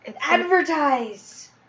Advertise